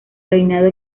reinado